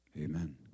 Amen